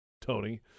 Tony